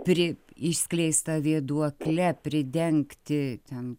turi išskleista vėduokle pridengti ten